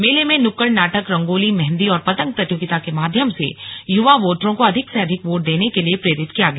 मेले में नुक्कड़ नाटक रंगोली मेहंदी और पतंग प्रतियोगिता के माध्यम से युवा वोटरों को अधिक से अधिक वोट देने के लिए प्रेरित किया गया